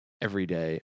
everyday